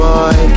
Boy